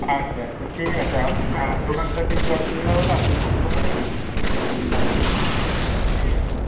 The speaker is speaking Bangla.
আচ্ছা আচ্ছা ঠিক আছে আসুন আর দোকানটা চিনতে অসুবিধা হলে আপনি ফোন করে নেবেন অসুবিধা ঠিক আছে